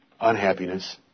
unhappiness